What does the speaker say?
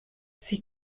sie